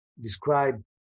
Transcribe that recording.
describe